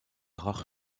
rares